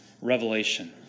revelation